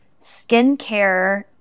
skincare